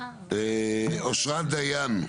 אושרת דיין,